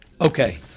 Okay